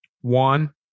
One